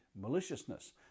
maliciousness